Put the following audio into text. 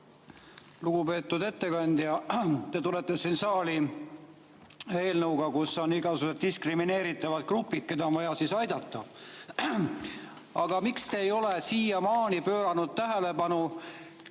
Lugupeetud ettekandja! Te tulete siia saali eelnõuga, kus on igasugused diskrimineeritavad grupid, keda on vaja aidata. Aga miks te ei ole siiamaani pööranud tähelepanu